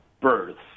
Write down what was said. births